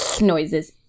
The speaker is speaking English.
noises